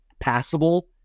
passable